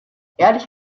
ehrlich